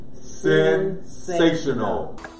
Sensational